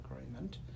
agreement